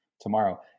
tomorrow